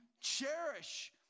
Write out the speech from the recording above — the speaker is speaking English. cherish